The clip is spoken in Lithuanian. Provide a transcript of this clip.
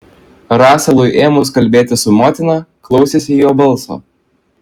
raselui ėmus kalbėti su motina klausėsi jo balso